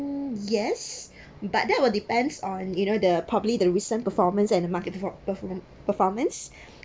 mm yes but that will depends on you know the probably the recent performance and the market perfo~ perfo~ performance